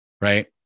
Right